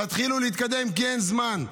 תתחילו להתקדם, כי אין זמן.